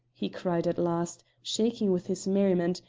he cried at last, shaking with his merriment,